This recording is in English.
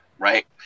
Right